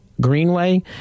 Greenway